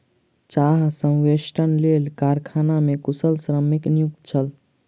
चाह संवेष्टनक लेल कारखाना मे कुशल श्रमिक नियुक्त छल